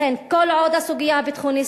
לכן, כל עוד הסוגיה הביטחוניסטית